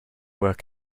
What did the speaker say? work